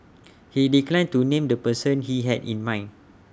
he declined to name the person he had in mind